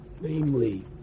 namely